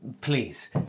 Please